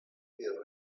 pay